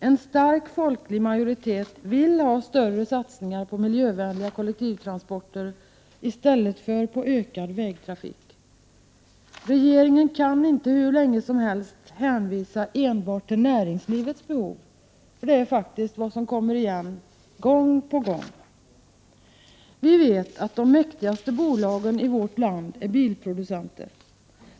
En stark folklig majoritet vill ha större satsningar på miljövänliga kollektivtransporter i stället för ökad vägtrafik. Regeringen kan inte hur länge som helst hänvisa enbart till näringslivets behov, men det är faktiskt vad som kommer igen gång på gång. Vi vet att de mäktigaste bolagen i vårt land är bilproducenter.